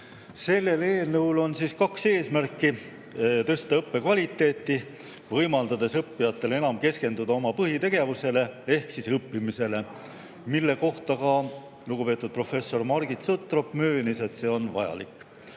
Sellel eelnõul on kaks eesmärki. Esiteks, tõsta õppekvaliteeti, võimaldades õppijatel enam keskenduda oma põhitegevusele ehk siis õppimisele. Ka lugupeetud professor Margit Sutrop möönis, et see on vajalik.